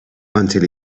until